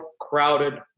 crowded